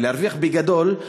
ולהרוויח בגדול,